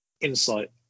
insight